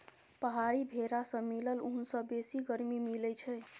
पहाड़ी भेरा सँ मिलल ऊन सँ बेसी गरमी मिलई छै